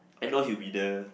I know he will be there